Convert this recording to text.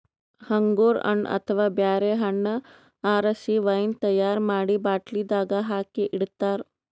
ಅಂಗೂರ್ ಹಣ್ಣ್ ಅಥವಾ ಬ್ಯಾರೆ ಹಣ್ಣ್ ಆರಸಿ ವೈನ್ ತೈಯಾರ್ ಮಾಡಿ ಬಾಟ್ಲಿದಾಗ್ ಹಾಕಿ ಇಡ್ತಾರ